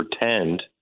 pretend